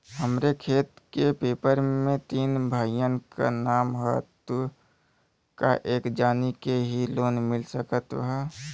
हमरे खेत के पेपर मे तीन भाइयन क नाम ह त का एक जानी के ही लोन मिल सकत ह?